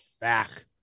back